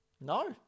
No